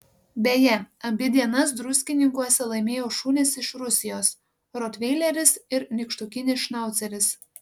beje abi dienas druskininkuose laimėjo šunys iš rusijos rotveileris ir nykštukinis šnauceris